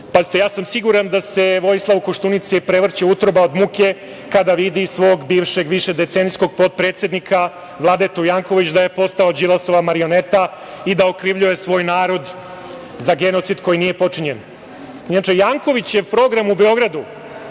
ja sam siguran da se Vojislavu Koštunici prevrće utroba od muke kada vidi svog bivšeg višedecenijskog potpredsednika Vladetu Janković da je postao Đilasova marioneta i da okrivljuje svoj narod za genocid koji nije počinjen. Inače, Jankovićev program u Beogradu,